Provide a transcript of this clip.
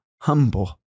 humble